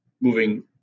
moving